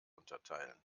unterteilen